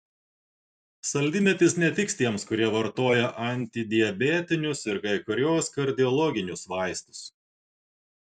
saldymedis netiks tiems kurie vartoja antidiabetinius ir kai kuriuos kardiologinius vaistus